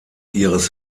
ihres